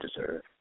deserve